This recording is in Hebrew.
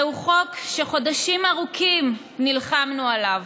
זהו חוק שחודשים ארוכים נלחמנו עליו.